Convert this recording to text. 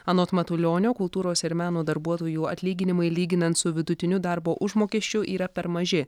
anot matulionio kultūros ir meno darbuotojų atlyginimai lyginant su vidutiniu darbo užmokesčiu yra per maži